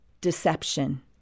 deception